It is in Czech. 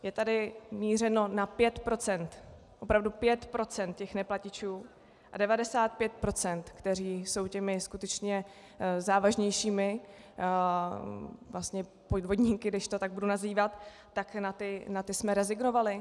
Je tady mířeno na 5 %, opravdu 5 % těch neplatičů, a 95 %, kteří jsou těmi skutečně závažnějšími vlastně podvodníky, když to tak budu nazývat, tak na ty jsme rezignovali?